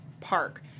park